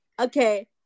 Okay